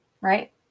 right